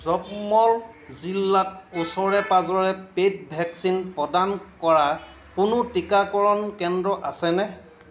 যবমল জিলাত ওচৰে পাঁজৰে পেইড ভেকচিন প্ৰদান কৰা কোনো টিকাকৰণ কেন্দ্ৰ আছেনে